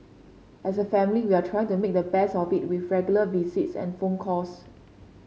as a family we are trying to make the best of it with regular visits and phone calls